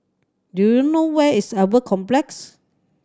do you know where is Albert Complex